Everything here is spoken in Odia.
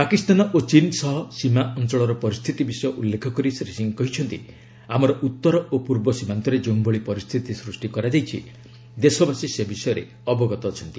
ପାକିସ୍ତାନ ଓ ଚୀନ୍ ସହ ସୀମା ଅଞ୍ଚଳର ପରିସ୍ଥିତି ବିଷୟ ଉଲ୍ଲେଖ କରି ଶ୍ରୀ ସିଂହ କହିଛନ୍ତି ଆମର ଉତ୍ତର ଓ ପୂର୍ବ ସୀମାନ୍ତରେ ଯେଉଁଭଳି ପରିସ୍ଥିତି ସୃଷ୍ଟି କରାଯାଇଛି ଦେଶବାସୀ ସେ ବିଷୟରେ ଅବଗତ ଅଛନ୍ତି